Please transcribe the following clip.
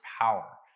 power